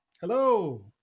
Hello